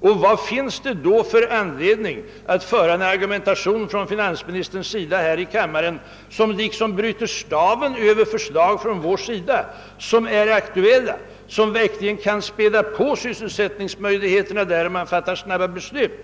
Vad finns det då för anledning att finansministern här i kammaren för en argumentation som bryter staven även över våra nu aktuella förslag, förslag som verkligen kan späda på sysselsättningsmöjligheterna i skogslänen om man fattar snabba beslut.